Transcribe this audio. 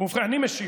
אני משיב,